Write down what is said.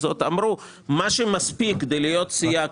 אמרו שמה שמספיק כדי להיות סיעה,